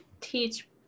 teach